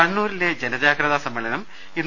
കണ്ണൂരിലെ ജനജാഗ്രതാ സമ്മേളനം ഇന്ന്